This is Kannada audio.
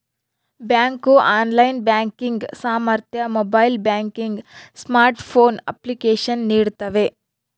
ಬ್ಯಾಂಕು ಆನ್ಲೈನ್ ಬ್ಯಾಂಕಿಂಗ್ ಸಾಮರ್ಥ್ಯ ಮೊಬೈಲ್ ಬ್ಯಾಂಕಿಂಗ್ ಸ್ಮಾರ್ಟ್ಫೋನ್ ಅಪ್ಲಿಕೇಶನ್ ನೀಡ್ತವೆ